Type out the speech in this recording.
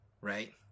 right